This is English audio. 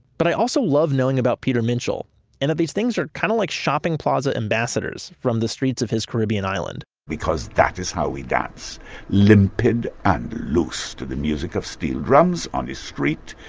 but i also love knowing about peter minshull and of these things are kind of like shopping plaza ambassadors from the streets of his caribbean island because that is how we dance limpid and loose to the music of steel drums on the street.